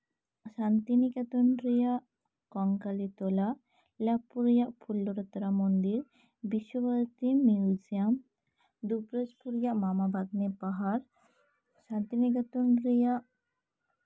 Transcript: ᱥᱟᱱᱛᱤᱱᱤᱠᱮᱛᱚᱱ ᱨᱮᱭᱟᱜ ᱠᱚᱝᱠᱟᱞᱤ ᱛᱚᱞᱟ ᱞᱟᱵᱷᱯᱩᱨ ᱨᱮᱭᱟᱜ ᱯᱷᱩᱞ ᱞᱚᱞᱟ ᱛᱚᱞᱟ ᱢᱚᱱᱫᱤᱨ ᱵᱤᱥᱥᱚᱵᱷᱟᱨᱚᱛᱤ ᱢᱤᱭᱩᱡᱤᱭᱟᱢ ᱫᱩᱵᱨᱟᱡᱯᱩᱨ ᱨᱮᱭᱟᱜ ᱢᱟᱢᱟ ᱵᱷᱟᱜᱱᱮ ᱯᱟᱦᱟᱲ ᱥᱟᱱᱛᱤᱱᱤᱠᱮᱛᱚᱱ ᱨᱮᱭᱟᱜ